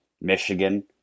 Michigan